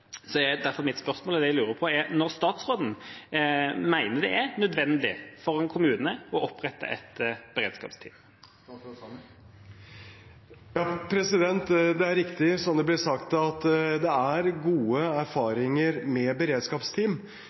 er mitt spørsmål: Når mener statsråden det er nødvendig for en kommune å opprette et beredskapsteam? Det er riktig som det blir sagt, at det er gode erfaringer med beredskapsteam.